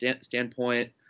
standpoint